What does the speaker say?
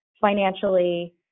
financially